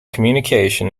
communication